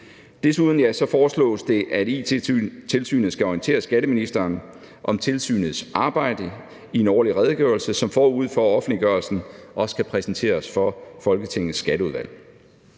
Desuden foreslås det, at It-tilsynet skal orientere skatteministeren om tilsynets arbejde i en årlig redegørelse, som forud for offentliggørelsen også skal præsenteres for Folketingets Skatteudvalg.